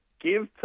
Give